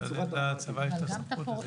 אז לתת לצבא את הסמכות.